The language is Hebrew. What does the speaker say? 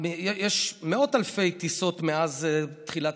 יש מאות אלפי טיסות מאז ההתחלה,